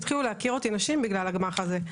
התחילו להכיר אותי נשים בגלל הגמ"ח הזה.